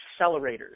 Accelerators